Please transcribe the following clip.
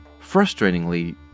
Frustratingly